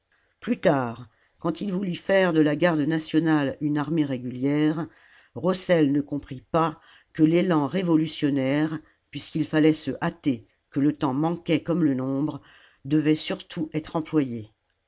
plus tard quand il voulut faire de la garde nationale une armée régulière rossel ne comprit pas que l'élan révolutionnaire puisqu'il fallait se hâter que le temps manquait comme le nombre devait surtout être employé